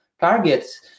targets